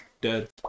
dead